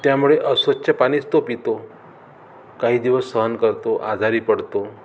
त्यामुळे अस्वच्छ पाणीच तो पितो काही दिवस सहन करतो आजारी पडतो